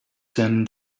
them